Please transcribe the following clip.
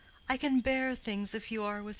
i can bear things if you are with me.